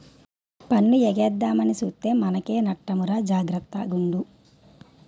పన్ను ఎగేద్దామని సూత్తే మనకే నట్టమురా జాగర్త గుండు